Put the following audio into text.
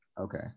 Okay